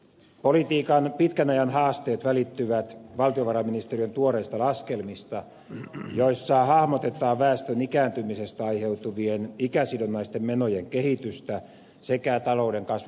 politiikan pitkän ajan haasteet välittyvät valtionvarainministeriön tuoreista laskelmista joissa hahmotetaan väestön ikääntymisestä aiheutuvien ikäsidonnaisten menojen kehitystä sekä talouden kasvumahdollisuuksia